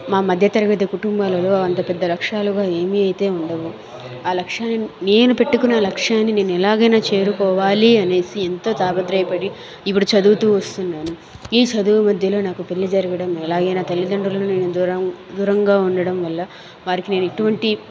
మా మధ్య తరగతి కుటుంబాలలో అంత పెద్ద లక్ష్యాలుగా ఏమి అయితే ఉండవు ఆ లక్ష్యా నే నేను పెట్టుకున్న లక్ష్యాన్ని నేను ఎలాగైనా చేరుకోవాలి అనేసి ఎంత తాపత్రయ పడి ఇప్పుడు చదువుతూ వస్తున్నాను ఈ చదువు మధ్యలో నాకు పెళ్లి జరగడం అలాగే నా తల్లిదండ్రులని నేను దూరంగా దూరంగా దూరంగా ఉండడం వల్ల వారికి నేనెటువంటి